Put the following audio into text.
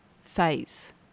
phase